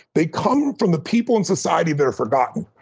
they come from the people in society that are forgotten.